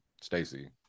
Stacy